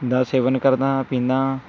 ਦਾ ਸੇਵਨ ਕਰਦਾ ਹਾਂ ਪੀਂਦਾ